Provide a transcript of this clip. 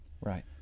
Right